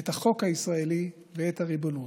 את החוק הישראלי ואת הריבונות.